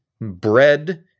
bread